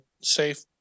safe